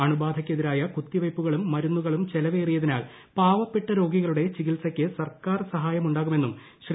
അണുബാധയ്ക്കെതിരായ കുത്തിവയ്പ്പുകളും മരുന്നുകളും ചെലവേറിയതിനാൽ പാവപ്പെട്ട രോഗികളുടെ ചികിത്സയ്ക്ക് സർക്കാർ സഹായമുണ്ടാകുമെന്നും ശ്രീ